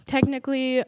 Technically